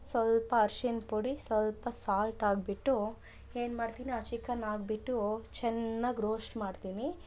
ಸ್ವಲ್ಪ ಅರ್ಶಿಣ ಪುಡಿ ಸ್ವಲ್ಪ ಸಾಲ್ಟ್ ಹಾಕ್ಬಿಟ್ಟು ಏನ್ಮಾಡ್ತೀನಿ ಆ ಚಿಕನ್ ಹಾಕ್ಬಿಟ್ಟು ಚೆನ್ನಾಗ್ ರೋಸ್ಟ್ ಮಾಡ್ತೀನಿ